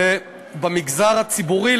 ובמגזר הציבורי,